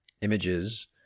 images